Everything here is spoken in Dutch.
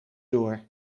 door